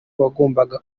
wagomba